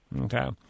Okay